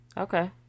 Okay